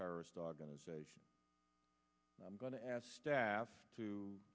terrorist organization i'm going to ask staff to